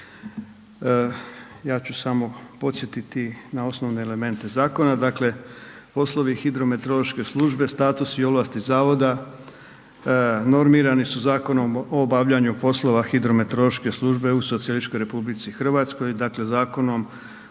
Ja ću samo podsjetiti na osnovne elemente zakona. Dakle poslovi hidrometeorološke službe, statusi i ovlasti zavoda normirani su Zakonom o obavljanju poslova hidrometeorološke službe u Socijalističkoj Republici Hrvatskoj, dakle Zakonom